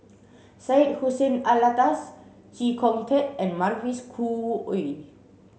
Syed Hussein Alatas Chee Kong Tet and Mavis Khoo Oei